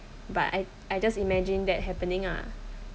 but I I just imagine that happening lah